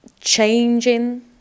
changing